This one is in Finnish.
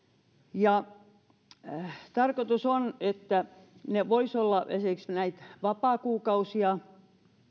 ja annettaisi tarkoitus on että ne voisivat olla esimerkiksi näitä vapaakuukausia